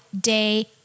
day